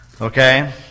Okay